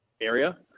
area